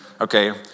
Okay